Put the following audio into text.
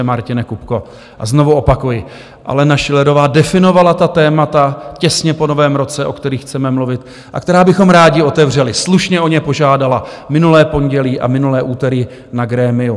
A znovu opakuji, Alena Schillerová definovala ta témata těsně po Novém roce, o kterých chceme mluvit a která bychom rádi otevřeli, slušně o ně požádala minulé pondělí a minulé úterý na grémiu.